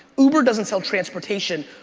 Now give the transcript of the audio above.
uber doesn't sell transportation,